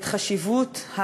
את חשיבות,